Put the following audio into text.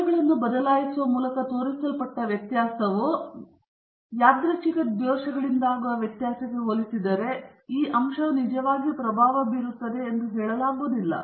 ಅಂಶಗಳನ್ನು ಬದಲಾಯಿಸುವ ಮೂಲಕ ತೋರಿಸಲ್ಪಟ್ಟ ವ್ಯತ್ಯಾಸವು ಶಬ್ದ ಅಥವಾ ಯಾದೃಚ್ಛಿಕ ದೋಷಗಳಿಂದಾಗಿ ವ್ಯತ್ಯಾಸಕ್ಕೆ ಹೋಲಿಸಿದರೆ ಈ ಅಂಶವು ನಿಜವಾಗಿಯೂ ಪ್ರಭಾವ ಬೀರುತ್ತದೆ ಎಂದು ನೀವು ಹೇಳಲಾಗುವುದಿಲ್ಲ